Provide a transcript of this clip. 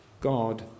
God